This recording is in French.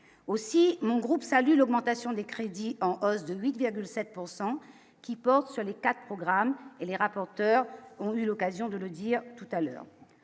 aussi mon groupe salue l'augmentation des crédits en hausse de 8,7 pourcent qui porte sur les 4 programmes et les rapporteurs ont eu l'occasion de le dire tout à l'heure,